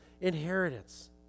inheritance